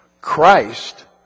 Christ